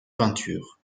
peinture